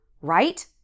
Right